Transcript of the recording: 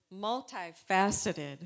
multifaceted